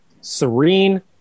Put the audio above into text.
serene